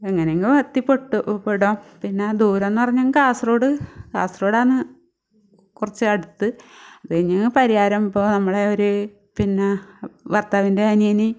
എങ്ങനെങ്കിലും എത്തിപ്പെട്ടു പെടാം പിന്ന ദൂരം എന്ന് പറഞ്ഞാൽ കാസർഗോഡ് കാസർഗോഡാന്ന് കുറച്ച് അടുത്ത് പിന്ന പരിയാരം പോകാം നമ്മൾ ഒരു പിന്നെ ഭർത്താവിൻ്റെ അനിയന്